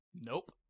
Nope